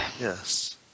Yes